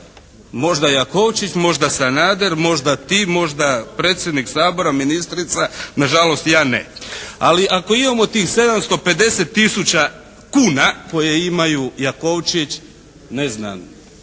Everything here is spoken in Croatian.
možda Jakočvić, možda Sanader, možda ti, možda predsjednik Sabora, ministrica. Na žalost ja ne! Ali ako imamo tih 750 000 kuna koje imaju Jakovčić, ne znam